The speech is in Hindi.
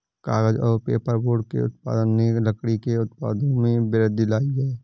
कागज़ और पेपरबोर्ड के उत्पादन ने लकड़ी के उत्पादों में वृद्धि लायी है